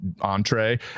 entree